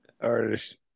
artist